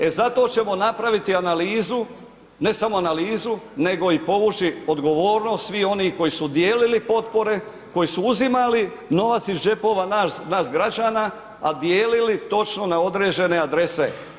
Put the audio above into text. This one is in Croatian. E zato ćemo napraviti analizu, ne samo analizu nego i povući odgovornost svih onih koji su dijelili potpore, koji su uzimali novac iz džepova nas građana a dijelili točno na određene adrese.